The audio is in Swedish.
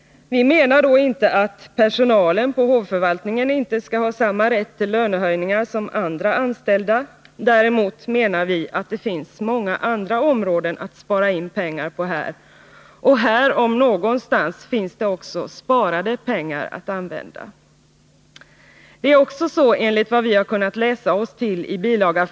Vi menar då inte att personalen på hovförvaltningen inte skall ha samma rätt till lönehöjningar som andra anställda. Däremot menar vi att det här finns många andra områden att spara in pengar på, och här om någonstans finns det också sparade pengar att använda. Det är också så enligt vad vi har kunnat läsa oss till i bil.